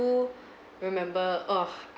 remember ugh